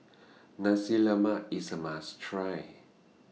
Nasi Lemak IS A must Try